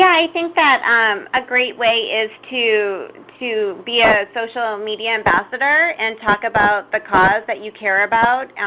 i think that um a great way is to to be a social media ambassador and talk about the cause that you care about.